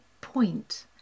point